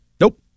Nope